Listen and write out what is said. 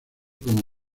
como